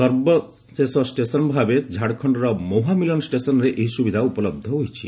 ସର୍ବଶେଷ ଷ୍ଟେସନ୍ ଭାବେ ଝାଡ଼ଖଣ୍ଡର ମହୁଆମିଲନ୍ ଷ୍ଟେସନ୍ରେ ଏହି ସୁବିଧା ଉପଲହ୍ଧ ହୋଇଛି